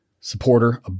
supporter